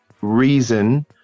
Reason